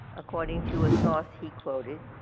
according to a source he quoted